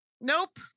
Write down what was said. nope